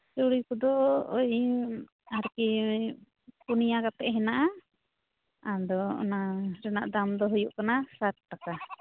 ᱪᱩᱲᱤ ᱠᱚᱫᱚ ᱳᱭ ᱟᱨᱠᱤ ᱯᱩᱱᱭᱟ ᱠᱟᱛᱮ ᱦᱮᱱᱟᱜᱼᱟ ᱟᱫᱚ ᱚᱱᱟ ᱨᱮᱱᱟᱜ ᱫᱟᱢ ᱫᱚ ᱦᱩᱭᱩᱜ ᱠᱟᱱᱟ ᱥᱟᱴ ᱴᱟᱠᱟ